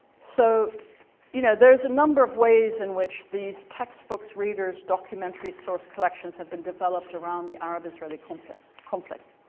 so you know, there's a number of ways in which these textbooks, readers, documentary source collections have been developed around the arab-israeli conflict conflict.